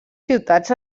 ciutats